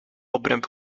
obręb